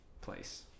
place